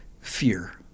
fear